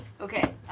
Okay